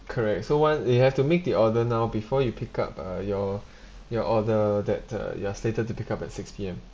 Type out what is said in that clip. correct so one you have to make the order now before you pick up uh your your order that uh you are slated to pick up at six P_M